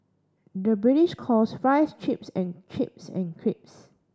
the British calls fries chips and chips and crisps